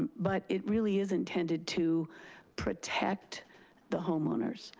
um but it really is intended to protect the homeowners.